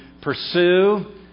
pursue